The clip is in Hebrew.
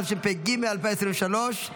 התשפ"ג 2023,